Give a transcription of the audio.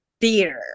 theater